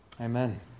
Amen